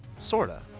sorta.